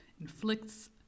inflicts